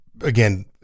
again